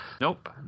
nope